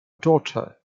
daughter